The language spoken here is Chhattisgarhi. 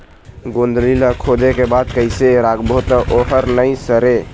गोंदली ला खोदे के बाद कइसे राखबो त ओहर नई सरे?